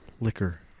liquor